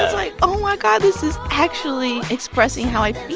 like oh, my god this is actually expressing how i